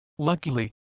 Luckily